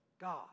God